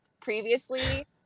previously